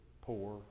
poor